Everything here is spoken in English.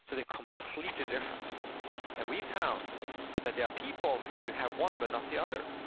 so they're completely different and we found that there are people who have one but not the other.